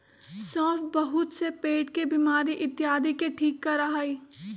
सौंफ बहुत से पेट के बीमारी इत्यादि के ठीक करा हई